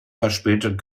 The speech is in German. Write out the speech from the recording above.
verspätet